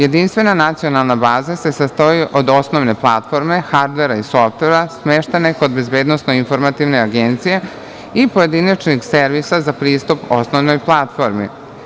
Jedinstvena nacionalna baza se sastoji od osnovne platforme, hardvera i softvera, smeštene kod BIA i pojedinačnog servisa za pristup osnovnoj platformi.